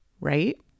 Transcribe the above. right